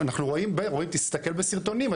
תסתכל בסרטונים,